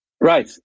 Right